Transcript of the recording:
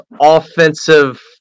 offensive